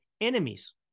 enemies